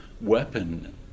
weapon